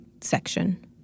section